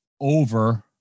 over